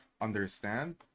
understand